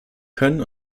können